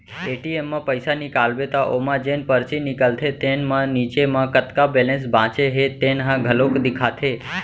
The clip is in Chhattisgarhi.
ए.टी.एम म पइसा निकालबे त ओमा जेन परची निकलथे तेन म नीचे म कतका बेलेंस बाचे हे तेन ह घलोक देखाथे